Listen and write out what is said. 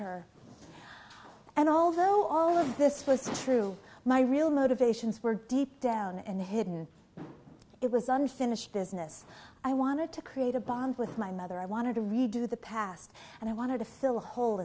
although all of this was true my real motivations were deep down and hidden it was unfinished business i wanted to create a bond with my mother i wanted to redo the past and i wanted to fill a hole